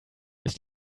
ist